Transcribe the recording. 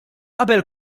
qabel